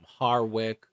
Harwick